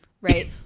right